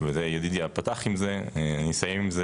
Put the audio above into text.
וידידיה פתח עם זה, אני אסיים עם זה